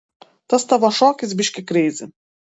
tas tavo šokis biški kreizi